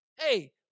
Hey